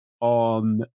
on